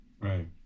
right